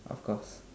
of course